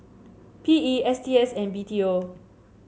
P E S T S and B T O